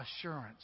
assurance